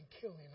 killing